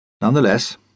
Nonetheless